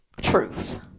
truths